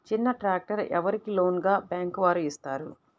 చిన్న ట్రాక్టర్ ఎవరికి లోన్గా బ్యాంక్ వారు ఇస్తారు?